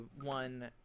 one